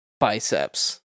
biceps